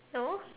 no